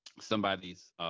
somebody's